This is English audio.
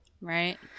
Right